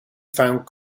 found